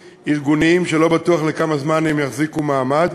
ארגוניים שלא בטוח כמה זמן הם יחזיקו מעמד,